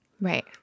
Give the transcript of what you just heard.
Right